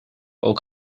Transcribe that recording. ook